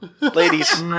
Ladies